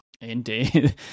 Indeed